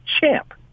champ